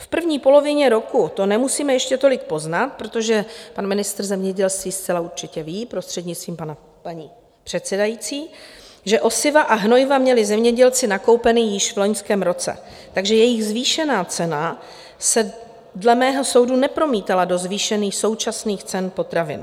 V první polovině roku to nemusíme ještě tolik poznat, protože pan ministr zemědělství zcela určitě ví, prostřednictvím paní předsedající, že osiva a hnojiva měli zemědělci nakoupena již v loňském roce, takže jejich zvýšená cena se dle mého soudu nepromítala do zvýšených současných cen potravin.